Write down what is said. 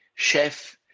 chef